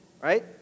right